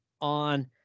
on